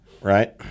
Right